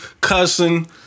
cussing